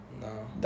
No